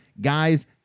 Guys